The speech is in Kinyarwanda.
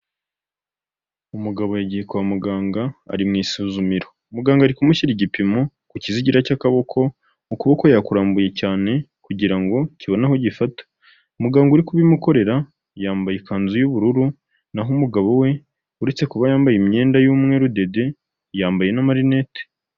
Umugabo yagiye kwa muganga ari mu isuzumiro, muganga ari kumushyira igipimo ku kizigira cy'akaboko, ukuboko yakurambuye cyane kugira ngo kibone aho gifata. Umuganga uri kubimukorera yambaye ikanzu y'ubururu naho umugabo we uretse kuba yambaye imyenda y'umweru dede, yambaye n'amarinete.